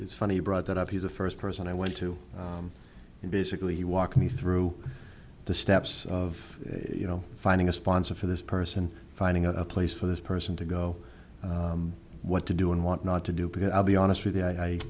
is funny brought that up he's a first person i went to and basically he walked me through the steps of you know finding a sponsor for this person finding out a place for this person to go what to do and what not to do because i'll be honest with you i